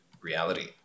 reality